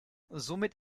somit